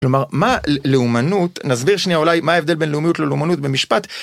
כלומר מה לאומנות, נסביר שנייה אולי מה ההבדל בין לאומיות ללאומנות במשפט